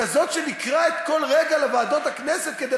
כזאת שנקראת כל רגע לוועדות הכנסת כדי